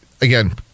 again